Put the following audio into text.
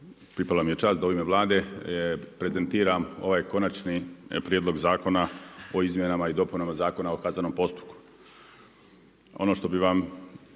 pripala mi je čast da u ime Vlade prezentiram ovaj konačni Prijedlog zakona o Izmjenama i dopunama Zakona o kaznenom postupku.